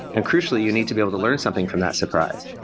and crucially, you need to be able to learn something from that surprise.